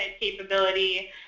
capability